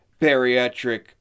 bariatric